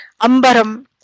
ambaram